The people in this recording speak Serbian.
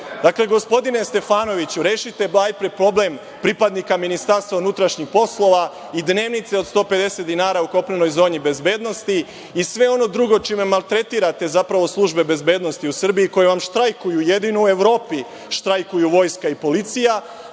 Dakle, gospodine Stefanoviću, rešite najpre problem pripadnika MUP-a, i dnevnice od 150 dinara u kopnenoj zoni bezbednosti, i sve ono drugo čime maltretirate, zapravo, službe bezbednosti u Srbiji, i koji vam štrajkuju, jedino u Evropi štrajkuju vojska i policija,